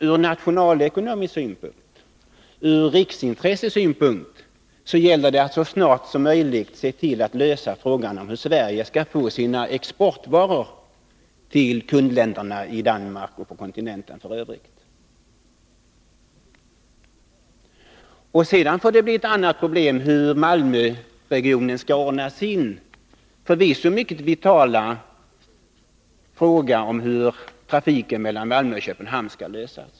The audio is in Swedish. Ur nationalekonomisk synpunkt, ur riksintressesynpunkt, gäller det att så snart som möjligt se till att lösa frågan om hur Sverige skall få sina exportvaror till kunderna i Danmark och på kontinenten i övrigt. Sedan får det bli en annan historia hur Malmöregionen skall ordna sin förvisso mycket vitala fråga om hur trafikproblemet mellan Malmö och Köpenhamn skall lösas.